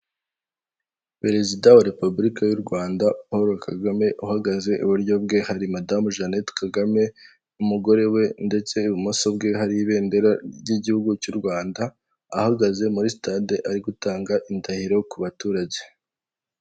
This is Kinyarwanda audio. Perezida wa repubulika y'u Rwanda Paul Kagame uhagaze iburyo bwe hari madamu Jeannette Kagame n'umugore we ndetse ibumoso bwe hari ibendera ry'igihugu cy'u Rwanda ahagaze muri sitade ari gutanga indahiro ku baturage.